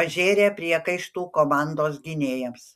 pažėrė priekaištų komandos gynėjams